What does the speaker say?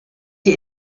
die